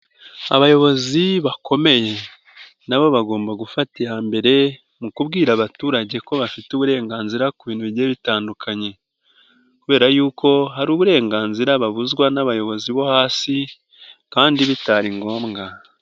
Abayobozi bakomeye, na bo bagomba gufata iya mbere, mu kubwira abaturage ko bafite uburenganzira ku bintu bigiye bitandukanye. Kubera yuko hari uburenganzira babuzwa n'abayobozi bo hasi, kandi bitari ngombwa.